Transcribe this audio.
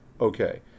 Okay